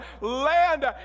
land